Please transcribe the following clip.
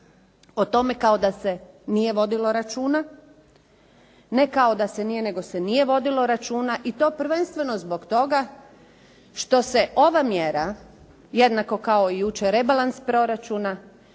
O tome kao da se nije vodilo računa. Ne kao da se nije, nego se nije vodilo računa i to prvenstveno zbog toga što se ova mjera jednako kao i jučer rebalans proračuna